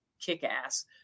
kick-ass